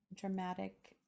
dramatic